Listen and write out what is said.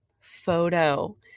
photo